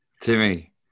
Timmy